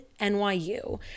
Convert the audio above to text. NYU